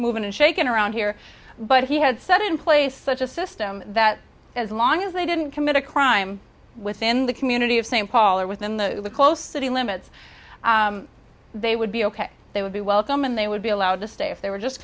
moving and shaking around here but he had set in place such a system that as long as they didn't commit a crime within the community of st paul or within the close city limits they would be ok they would be welcome and they would be allowed to stay if they were just